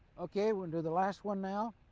okay, we'll do the last one now.